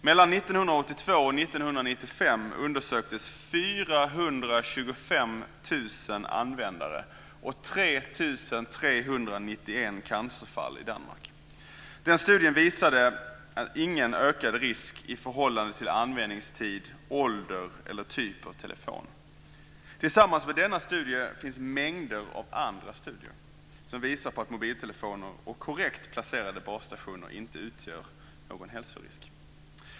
Mellan 1982 och 1995 undersöktes Den studien visade ingen ökad risk i förhållande till användningstid, ålder eller typ av telefon. Tillsammans med denna studie finns mängder av andra studier som visar på att mobiltelefoner och korrekt placerade bassstationer inte utgör någon hälsorisk.